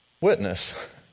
witness